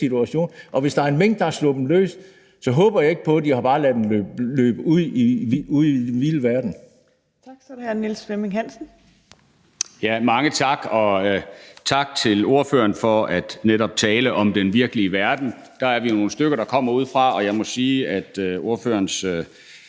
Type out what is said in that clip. situation, og hvis der var en mink, der var sluppet løs, så håber jeg ikke på, at de bare har ladet den løbe ud i den vilde verden.